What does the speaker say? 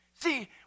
See